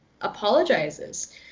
apologizes